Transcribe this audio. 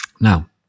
Now